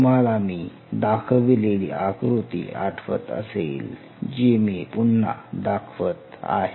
तुम्हाला मी दाखविलेली आकृती आठवत असेल जी मी पुन्हा दाखवत आहे